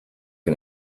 and